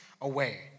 away